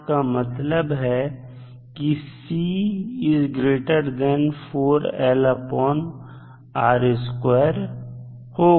का मतलब है कि होगा